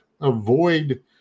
avoid